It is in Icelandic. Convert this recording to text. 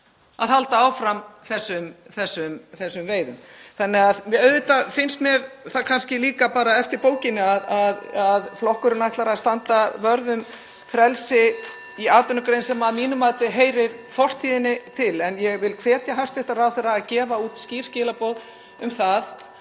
að halda áfram þessum veiðum. Auðvitað finnst mér það kannski líka bara eftir bókinni að flokkurinn ætlar að standa vörð um frelsi í atvinnugrein sem að mínu mati heyrir fortíðinni til. (Forseti hringir.) Ég vil hvetja hæstv. ráðherra að gefa út skýr skilaboð um að